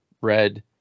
red